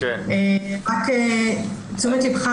רק תשומת לבך,